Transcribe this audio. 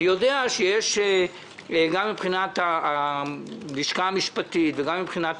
אני יודע שגם מבחינת הלשכה המשפטית וגם מבחינת